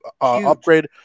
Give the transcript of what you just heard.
upgrade